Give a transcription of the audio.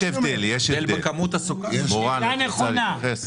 שאלה נכונה.